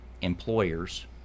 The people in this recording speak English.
employers